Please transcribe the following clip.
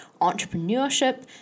entrepreneurship